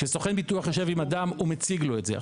כשסוכן ביטוח יושב עם אדם הוא מציג לו את זה.